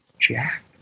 Jack